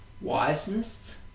Wiseness